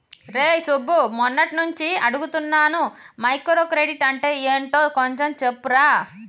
రేయ్ సుబ్బు, మొన్నట్నుంచి అడుగుతున్నాను మైక్రో క్రెడిట్ అంటే యెంటో కొంచెం చెప్పురా